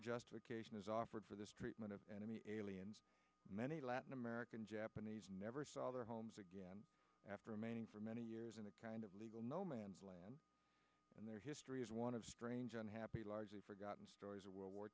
justification is offered for the treatment of enemy aliens many latin american japanese never saw their homes again after remaining for many years in a kind of legal no man's land and their history is one of strange unhappy largely forgotten stories of world war